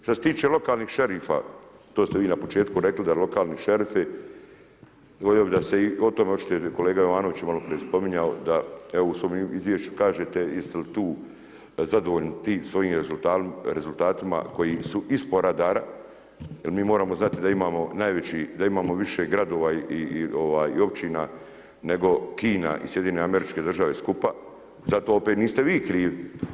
Što se tiče lokalnih šerifa, to ste vi na početku rekli, da lokalni šerifi, volio bi da se i o tome očituje, kolega Jovanović je maloprije spominjao, evo u svom izvješću kažete, jeste li tu zadovoljni tim svojim rezultatima, koji su iz poradara, jer mi moramo znati da imamo najveći, da imamo više gradova i općina nego Kina i SAD skupa, zato opet niste vi krivi.